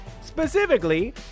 Specifically